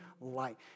light